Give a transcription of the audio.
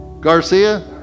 Garcia